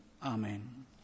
Amen